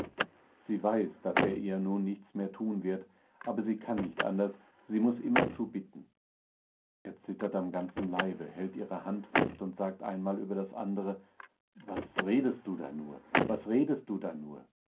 sie weiß daß er ihr nun nichts mehr tun wird aber sie kann nicht anders sie muß immerzu bitten er zittert am ganzen leibe hält ihre hand fest und sagt einmal über das andere was redest du da nur was redest du da nur